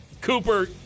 Cooper